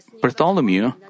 Bartholomew